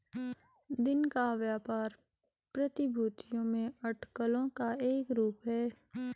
दिन का व्यापार प्रतिभूतियों में अटकलों का एक रूप है